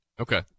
okay